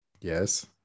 Yes